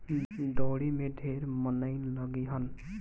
दँवरी में ढेर मनई लगिहन